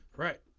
Right